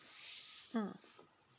mm